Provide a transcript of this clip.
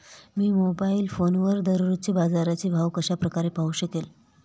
मी mobile फोनवर दररोजचे बाजाराचे भाव कशा प्रकारे पाहू शकेल?